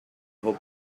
whole